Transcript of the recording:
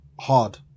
Hard